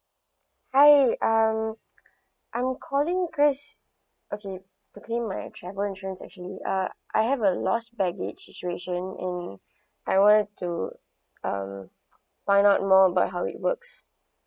hi um I'm calling you guys okay to claim my travel insurance actually uh I have a lost baggage which and I want to um find out more about how it works